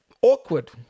awkward